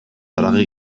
haragi